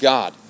God